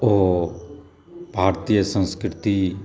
ओ भारतीय संस्कृति